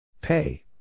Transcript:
Pay